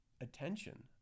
attention